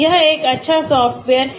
यह एक अच्छा सॉफ्टवेयर है